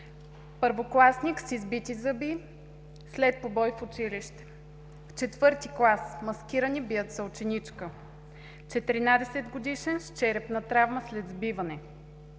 „Първокласник с избити зъби след побой в училище“, „В четвърти клас маскирани бият съученичка“, „Четиринадесет годишен с черепна травма след сбиване“,